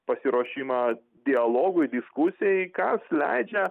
pasiruošimą dialogui diskusijai kas leidžia